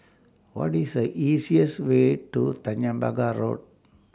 What IS The easiest Way to Tanjong Pagar Road